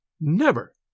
Never